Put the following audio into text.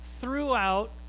throughout